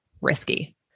risky